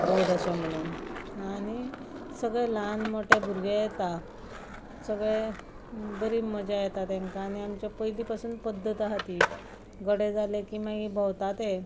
गोड अशें म्हणून आनी सगले ल्हान मोठे भुरगे येता सगळे बरी मजा येता तेंकां आनी आमचे पयलीं पासून पद्दत आसा ती गडे जाले की मागीर भोंवता ते